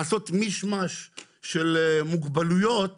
מוגבלויות